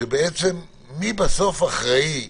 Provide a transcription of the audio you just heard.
מי בסוף אחראי